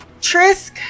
trisk